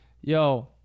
Yo